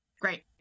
great